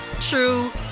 true